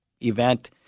event